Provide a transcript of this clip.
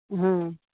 हाँ